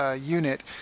unit